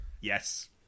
yes